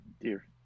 Dear